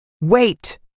WAIT